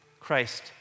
Christ